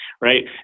right